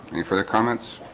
any further comments?